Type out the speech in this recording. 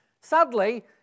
sadly